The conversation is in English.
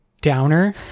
downer